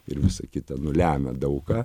ir visa kita nu lemia daug ką